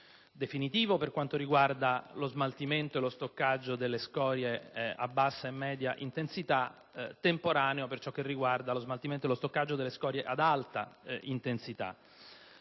definitivo per quanto riguarda lo smaltimento e lo stoccaggio delle scorie a bassa e media intensità, temporaneo per ciò che riguarda lo smaltimento e lo stoccaggio delle scorie ad alta intensità.